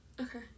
Okay